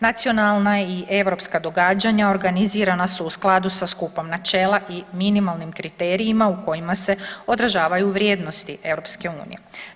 Nacionalna i europska događanja organizirana su u skladu sa skupom načela i minimalnim kriterijima u kojima se odražavaju vrijednosti Europske unije.